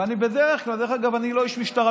ואני בדרך כלל, אני לא איש משטרה.